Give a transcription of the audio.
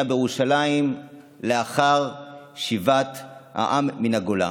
בירושלים לאחר שיבת העם מן הגולה,